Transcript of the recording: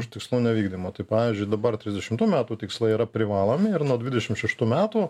už tikslų nevykdymą tai pavyzdžiui dabar trisdešimtų metų tikslai yra privalomi ir nuo dvidešim šeštų metų